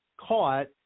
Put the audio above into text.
caught